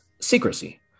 secrecy